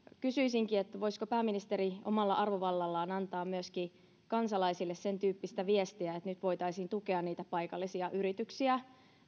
kysyisinkin voisiko pääministeri omalla arvovallallaan myöskin antaa kansalaisille sen tyyppistä viestiä että nyt voitaisiin tukea niitä paikallisia yrityksiä